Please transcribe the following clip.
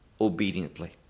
obediently